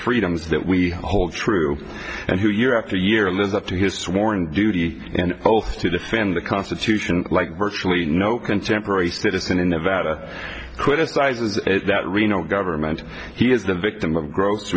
freedoms that we hold true and who year after year lives up to his sworn duty and oath to defend the constitution like virtually no contemporary citizen in nevada criticizes that reno government he is the victim